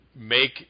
make